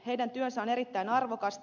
heidän työnsä on erittäin arvokasta